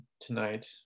tonight